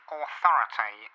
authority